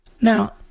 now